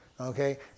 Okay